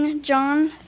John